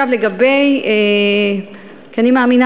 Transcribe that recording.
אני מאמינה